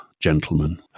gentlemen